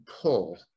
pull